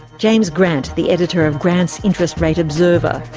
james grant, the editor of grant's interest rate observer.